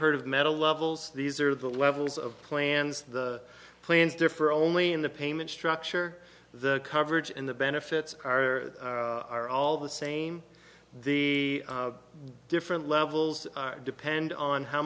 heard of metal levels these are the levels of plans the plans differ only in the payment structure the coverage and the benefits are all the same the different levels depend on how